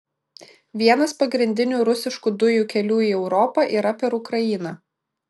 vienas pagrindinių rusiškų dujų kelių į europą yra per ukrainą